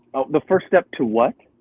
oh, the first step to what?